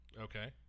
Okay